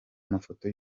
amafoto